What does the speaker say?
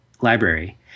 library